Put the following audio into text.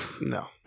no